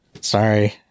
Sorry